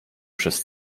przez